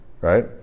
Right